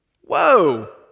Whoa